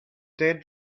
dead